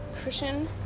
cushion